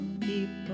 People